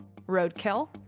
Roadkill